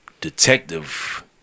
detective